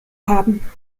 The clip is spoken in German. haben